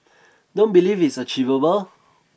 don't believe is achievable